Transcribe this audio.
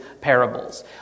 parables